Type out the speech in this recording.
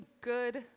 good